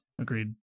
Agreed